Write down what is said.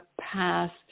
past